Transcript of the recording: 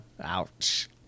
Ouch